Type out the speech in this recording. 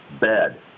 BED